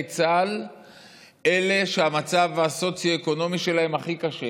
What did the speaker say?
צה"ל האלה שהמצב הסוציו-אקונומי שלהם הכי קשה,